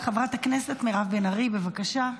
חברת הכנסת מירב בן ארי, בבקשה.